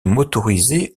motorisés